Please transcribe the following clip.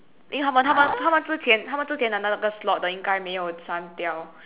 因为他们他们他们之前他们之前的那个 slot 的应该没有删掉